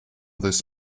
this